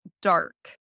dark